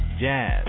jazz